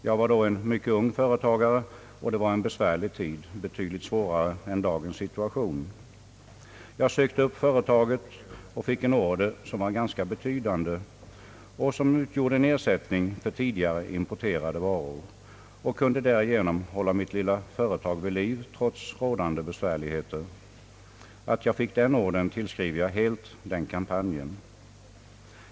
Jag var då en mycket ung företagare, och det var en mycket besvärlig tid, betydligt svårare än dagens situation. Jag sökte upp företaget och fick en order, som var ganska betydande och som utgjorde en ersättning för tidigare importerade varor. Jag kunde därigenom hålla mitt lilla företag vid liv, trots rådande besvärligheter. Att jag fick ordern tillskrev jag helt den nämnda kampanjen.